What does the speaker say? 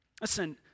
Listen